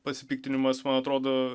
pasipiktinimas man atrodo